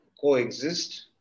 coexist